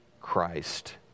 Christ